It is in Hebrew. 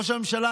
ראש הממשלה,